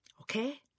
Okay